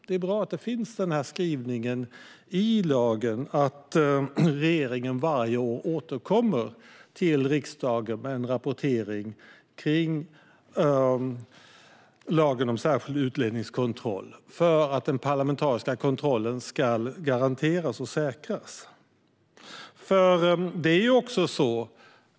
Det är bra att det finns en skrivning i lagen om att regeringen varje år ska återkomma till riksdagen med en rapportering kring lagen om särskild utlänningskontroll för att den parlamentariska kontrollen ska garanteras och säkras.